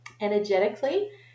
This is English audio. Energetically